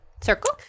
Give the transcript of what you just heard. Circle